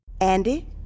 Andy